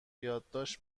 یادداشت